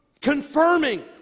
confirming